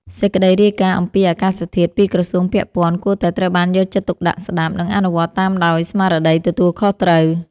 សេចក្តីរាយការណ៍អំពីអាកាសធាតុពីក្រសួងពាក់ព័ន្ធគួរតែត្រូវបានយកចិត្តទុកដាក់ស្ដាប់ និងអនុវត្តតាមដោយស្មារតីទទួលខុសត្រូវ។